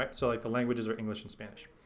um so like the languages are english and spanish.